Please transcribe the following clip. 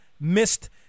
missed